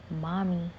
mommy